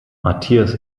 matthias